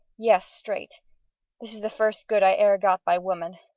yes straight. this is the first good i e'er got by woman.